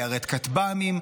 ליירט כטב"מים,